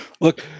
Look